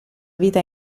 vita